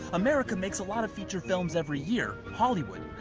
america makes a lot of feature films every year hollywood.